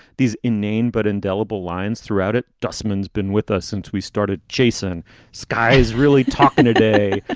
these inane but indelible lines throughout it. dustmen has been with us since we started. jason skys really talking today.